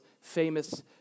famous